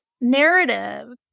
narrative